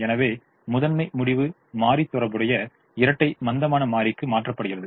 எனவே முதன்மை முடிவு மாறி தொடர்புடைய இரட்டை மந்தமான மாறிக்கு மாற்றப்படுகிறது